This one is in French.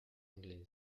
anglaises